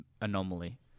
anomaly